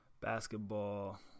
Basketball